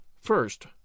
first